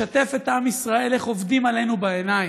לשתף את עם ישראל באיך עובדים עלינו בעיניים,